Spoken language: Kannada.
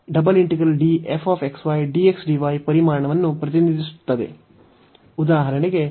ಪರಿಮಾಣವನ್ನು ಪ್ರತಿನಿಧಿಸುತ್ತದೆ ಉದಾಹರಣೆಗೆ ಈ f x y 1 ಕ್ಕೆ ಸಮನಾಗಿರುತ್ತದೆ